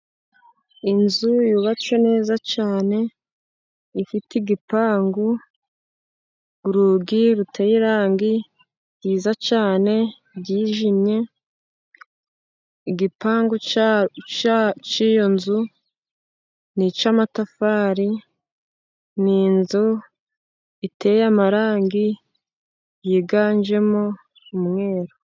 Inzu yubatse neza cyane ifite igipangu, urugi ruteye irangi ryiza cyane ryijimye, igipangu cy'iyo nzu ni icy'amatafari. Ni inzu iteye amarangi yiganjemo umweru.